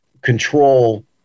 control